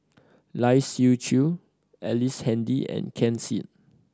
Lai Siu Chiu Ellice Handy and Ken Seet